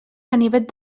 ganivet